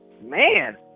man